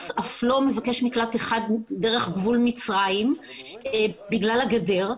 אף לא מבקש מקלט אחד דרך גבול מצרים בגלל הגדר.